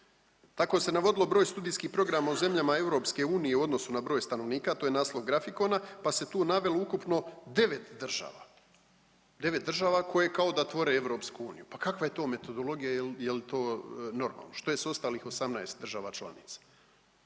Tako se navodilo broj studijskih programa u zemljama EU u odnosu na broj stanovnika, to je naslov grafikona, pa se tu navelo ukupno 9 država, 9 država koje kao da tvoren EU. Pa kakva je to metodologija, jel, jel to normalno, što je s ostalih 18 država članica?